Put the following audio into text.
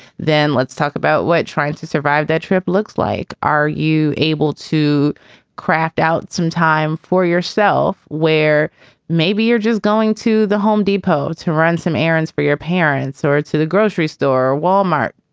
then let's talk about what? trying to survive that trip looks like are you able to craft out some time for yourself where maybe you're just going to the home depot to run some errands for your parents or to the grocery store or wal-mart,